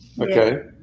Okay